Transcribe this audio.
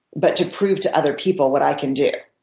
but to prove to other people what i can do.